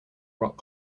rock